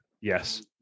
Yes